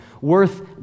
worth